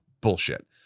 bullshit